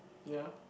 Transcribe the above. ya